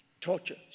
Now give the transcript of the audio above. Tortures